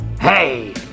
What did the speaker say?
hey